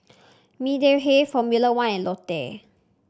Mediheal Formula One and Lotte